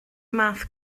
math